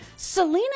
Selena